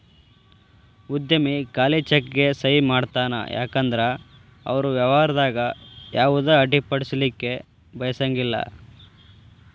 ಉದ್ಯಮಿ ಖಾಲಿ ಚೆಕ್ಗೆ ಸಹಿ ಮಾಡತಾನ ಯಾಕಂದ್ರ ಅವರು ವ್ಯವಹಾರದಾಗ ಯಾವುದ ಅಡ್ಡಿಪಡಿಸಲಿಕ್ಕೆ ಬಯಸಂಗಿಲ್ಲಾ